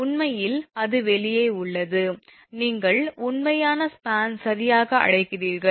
உண்மையில் அது வெளியே உள்ளது நீங்கள் உண்மையான ஸ்பான் சரியாக அழைக்கிறீர்கள்